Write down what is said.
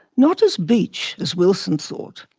not as beech as wilson thought,